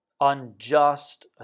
unjust